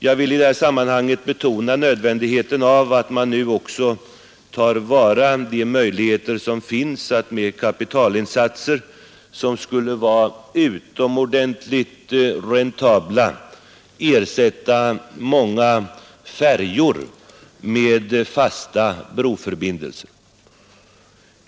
Jag vill i det här sammanhanget betona nödvändigheten av att man nu också tar till vara de möjligheter som finns att med kapitalinsatser som skulle vara utomordentligt räntabla ersätta många färjor med fasta broförbindelser.